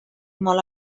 molt